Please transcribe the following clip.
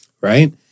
Right